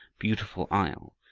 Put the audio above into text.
beautiful isle.